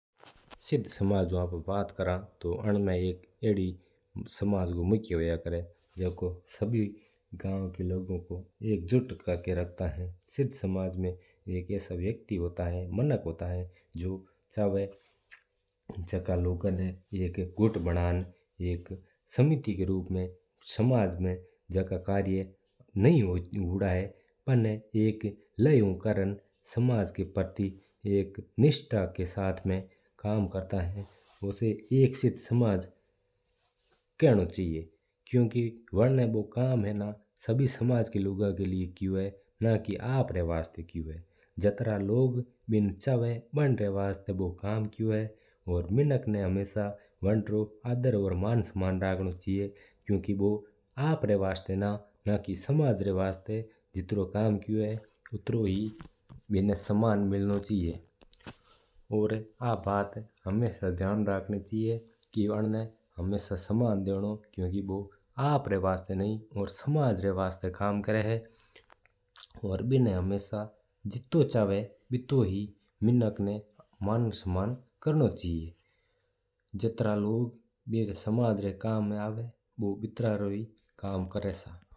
सिद्ध समाज ऊ आपा बात करा तू आन मुँ एक्क अड़ो समझ रो मुख्य हुआ करा है। जको सबना गाव का लोगो को एक जुट करका रखता है और एक मिणक हुआ चाव जका लोगा ना एक गुट बनार समिति का रूप में जो कार्य कोण हो रिया बा करवा। समाज का प्रति एक्क निष्ठा का साथ समाज का कार्य करा और बिना हित में कार्य करा।